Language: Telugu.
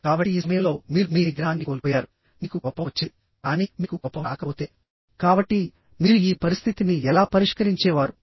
కాబట్టి ఈ సమయంలో మీరు మీ నిగ్రహాన్ని కోల్పోయారు మీకు కోపం వచ్చింది కానీ మీకు కోపం రాకపోతే కాబట్టి మీరు ఈ పరిస్థితిని ఎలా పరిష్కరించేవారు